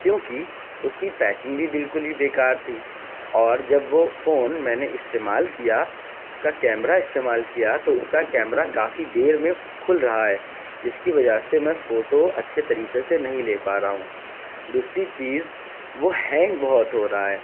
کیوںکہ اس کی پیکنگ بھی بالکل ہی بیکار تھی اور جب وہ فون میں نے استعمال کیا اس کا کیمرہ استعمال کیا تو اس کا کیمرہ کافی دیر میں کھل رہا ہے جس کی وجہ سے میں فوٹو اچھے طریقے سے نہیں لے پا رہا ہوں دوسری چیز وہ ہینگ بہت ہو رہا ہے